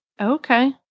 Okay